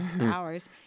hours